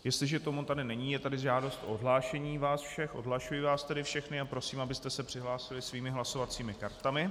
Jestliže tomu tak není, je tady žádost o odhlášení vás všech, odhlašuji vás tedy všechny a prosím, abyste se přihlásili svými hlasovacími kartami.